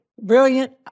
brilliant